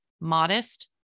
modest